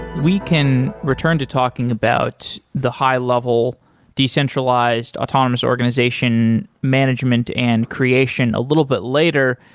we can return to talking about the high-level decentralized autonomous organization management and creation a little bit later.